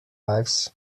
lives